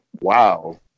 Wow